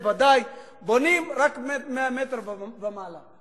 בונים רק 100 מ"ר ומעלה,